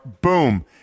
boom